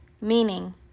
Meaning